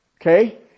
Okay